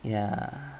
ya